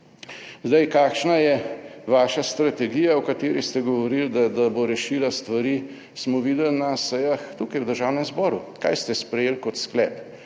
Zdaj, kakšna je vaša strategija, o kateri ste govorili, da bo rešila stvari, smo videli na sejah tukaj v Državnem zboru. Kaj ste sprejeli kot sklep,